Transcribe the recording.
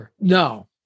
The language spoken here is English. No